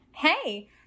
Hey